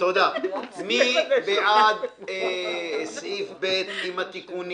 מי בעד סעיף (ב) עם התיקונים?